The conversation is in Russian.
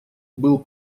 был